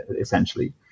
essentially